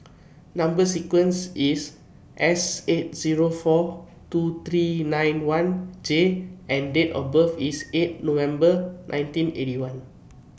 Number sequence IS S eight Zero four two three nine one J and Date of birth IS eight November nineteen Eighty One